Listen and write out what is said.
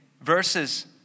verses